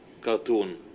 cartoon